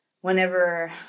whenever